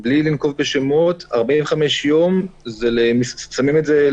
בלי לנקוב בשמות, 45 יום ממסמסים את זה.